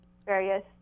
various